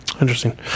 Interesting